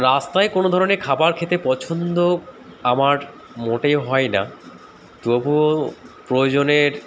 রাস্তায় কোনো ধরনের খাবার খেতে পছন্দ আমার মোটেই হয় না তবুও প্রয়োজনে